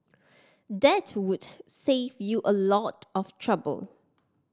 that would save you a lot of trouble